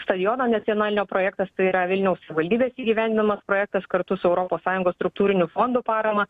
stadiono nacionalinio projektas tai yra vilniaus savivaldybės įgyvendinamas projektas kartu su europos sąjungos struktūrinių fondų parama